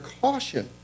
caution